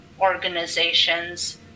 organizations